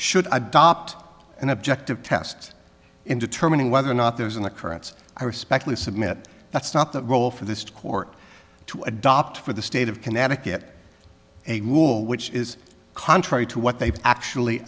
should adopt an objective test in determining whether or not there's an occurrence i respectfully submit that's not the role for this court to adopt for the state of connecticut a rule which is contrary to what they've actually